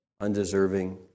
undeserving